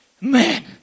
Man